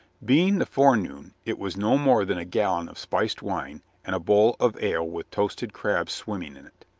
being the forenoon, it was no more than a gallon of spiced wine and a bowl of ale with toasted crabs swimming in it.